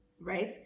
right